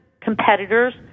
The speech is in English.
competitors